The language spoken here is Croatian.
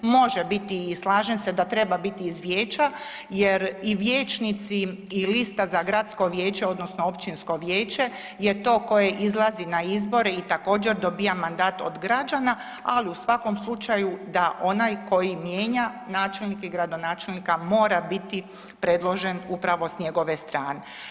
Može biti i slažem se da treba biti iz vijeća jer i vijećnici i lista za gradsko vijeće, odnosno općinsko vijeće je to koje izlazi na izbore i također, dobija mandat od građana, ali u svakom slučaju, da onaj koji mijenja načelnike i gradonačelnika mora biti predložen upravo s njegove strane.